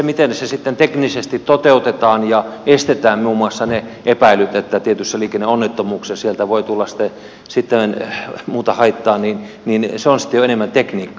miten se sitten teknisesti toteutetaan ja estetään muun muassa ne epäilyt että tietyissä liikenneonnettomuuksissa sieltä voi tulla sitten muuta haittaa on sitten jo enemmän tekniikkaa